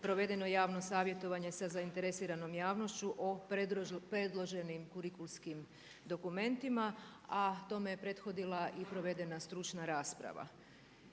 provedeno javno savjetovanje sa zainteresiranom javnošću o predloženim kurikulskim dokumentima a tome je prethodila i provedena stručna rasprava.